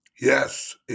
Yes